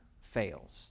fails